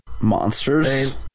Monsters